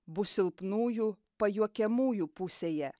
bus silpnųjų pajuokiamųjų pusėje